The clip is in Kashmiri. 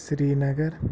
سریٖنگر